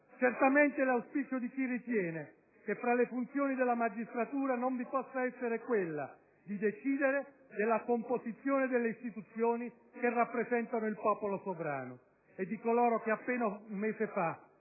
Certamente è l'auspicio di chi ritiene che fra le funzioni della magistratura non vi possa essere quella di decidere della composizione delle istituzioni che rappresentano il popolo sovrano. E di coloro che, appena un mese fa,